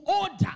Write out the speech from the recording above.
order